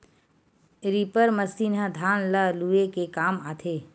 reaper machine ह धान ल लूए के काम आथे